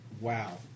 Wow